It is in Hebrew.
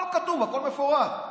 הכול כתוב, הכול מפורט.